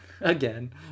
again